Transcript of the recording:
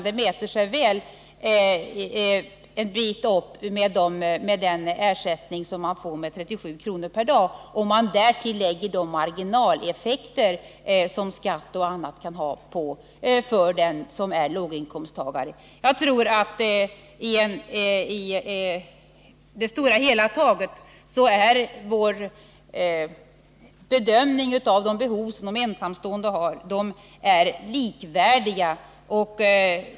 Det mäter sig väl med 37 kr. per dag, om man därtill lägger de marginaleffekter som skatt och annat kan ha. Jag tror att i det stora hela är vår bedömning av de ensamståendes behov likvärdig.